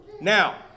Now